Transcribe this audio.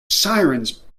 sirens